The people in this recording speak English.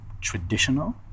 traditional